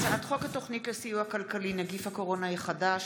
הצעת חוק התוכנית לסיוע כלכלי (נגיף הקורונה החדש,